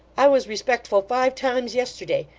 i was respectful five times yesterday.